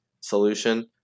solution